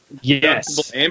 Yes